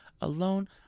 alone